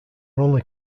only